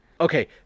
Okay